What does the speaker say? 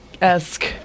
esque